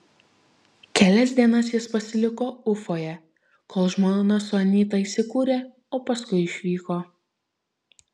kelias dienas jis pasiliko ufoje kol žmona su anyta įsikūrė o paskui išvyko